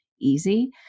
easy